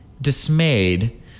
dismayed